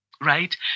right